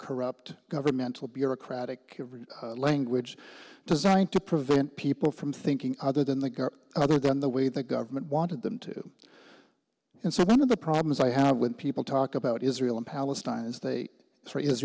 corrupt governmental bureaucratic language designed to prevent people from thinking other than the car other than the way the government wanted them to and so one of the problems i have when people talk about israel and palestine